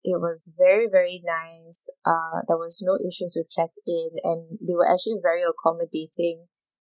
it was very very nice uh there was no issues with check in and they were actually very accommodating